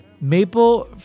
maple